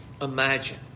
imagine